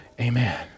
Amen